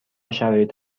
شرایط